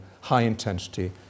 high-intensity